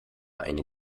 eine